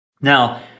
Now